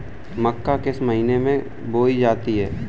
मक्का किस महीने में बोई जाती है?